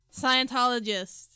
Scientologist